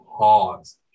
Pause